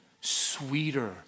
sweeter